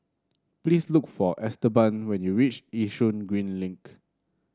please look for Esteban when you reach Yishun Green Link